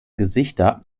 gesichter